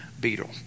beetle